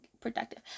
productive